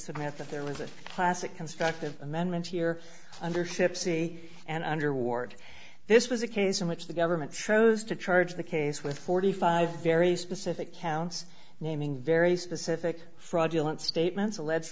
submit that there was a classic constructive amendment here under ship c and under ward this was a case in which the government chose to charge the case with forty five dollars very specific counts naming very specific fraudulent statements allege